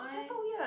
that's so weird